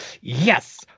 yes